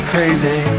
crazy